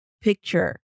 picture